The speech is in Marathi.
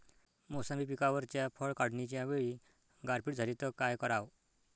मोसंबी पिकावरच्या फळं काढनीच्या वेळी गारपीट झाली त काय कराव?